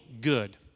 good